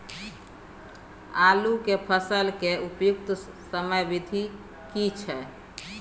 आलू के फसल के उपयुक्त समयावधि की छै?